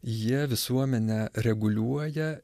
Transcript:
jie visuomenę reguliuoja